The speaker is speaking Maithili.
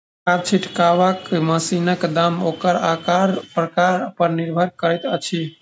खाद छिटबाक मशीनक दाम ओकर आकार प्रकार पर निर्भर करैत अछि